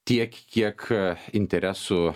tiek kiek interesų